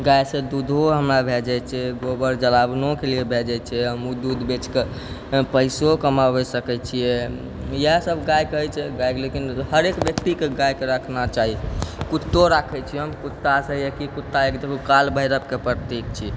गायसँ दूधो हमरा भए जाइ छै गोबर जलावनोके लिए भयऽ जाइ छै हम उ दूध बेचिके पैसो कमाबै सकै छिए यहऽ सब गायके होइ छै गायके लेकिन हरेक व्यक्तिके गायके राखना चाही कुत्तो राखै छियै हम कुत्तासँ होइए कि कुत्ता एकटा काल भैरवके प्रतीक छियै